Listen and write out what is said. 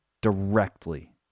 directly